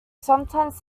sometimes